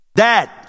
Dad